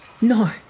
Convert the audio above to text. No